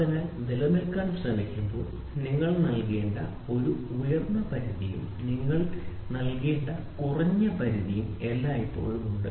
അതിനാൽ നിലനിൽക്കാൻ ശ്രമിക്കുമ്പോൾ നിങ്ങൾക്ക് നൽകേണ്ട ഒരു ഉയർന്ന പരിധിയും നിങ്ങൾ നൽകേണ്ട കുറഞ്ഞ പരിധിയും എല്ലായ്പ്പോഴും ഉണ്ട്